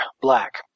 Black